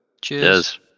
Cheers